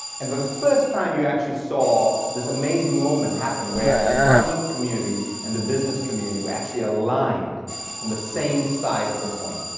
and for the first time, you actually saw this amazing moment happen where the environmental community and the business community were actually aligned on the same side of the coin,